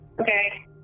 Okay